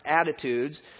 attitudes